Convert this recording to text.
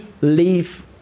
leave